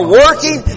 working